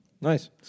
Nice